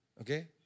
Okay